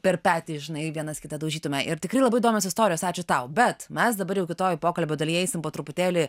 per petį žinai vienas kitą daužytume ir tikrai labai įdomios istorijos ačiū tau bet mes dabar jau kitoj pokalbio dalyje eisim po truputėlį